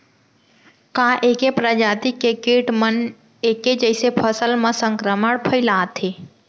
का ऐके प्रजाति के किट मन ऐके जइसे फसल म संक्रमण फइलाथें?